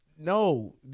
No